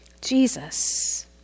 Jesus